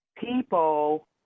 people